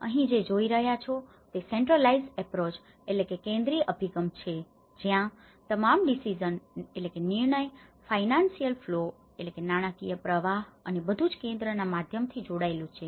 તમે અહીં જે જોઈ રહ્યા છો તે સેન્ટ્રલાઇઝેડ્ અપ્રોચ centralized approach કેન્દ્રિત અભિગમ છે જ્યાં તમામ ડિસિઝન decision નિર્ણય ફાયનાન્સિયલ ફ્લો financial flows નાણાકીય પ્રવાહ અને બધું જ કેન્દ્રના માધ્યમથી જોડાયેલું છે